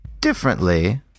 differently